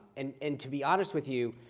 and and to be honest with you,